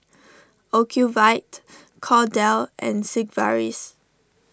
Ocuvite Kordel's and Sigvaris